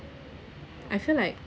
I feel like